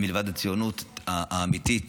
מלבד ציונות אמיתית,